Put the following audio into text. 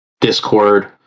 Discord